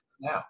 now